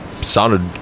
sounded